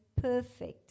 perfect